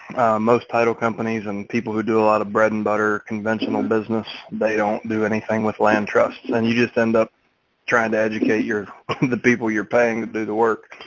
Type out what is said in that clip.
most title companies and people who do a lot of bread and butter conventional business, they don't do anything with land trusts and you just end up trying to educate your the people you're paying to do the work.